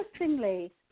interestingly